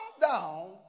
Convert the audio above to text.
down